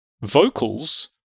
vocals